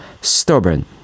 stubborn